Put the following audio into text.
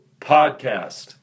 Podcast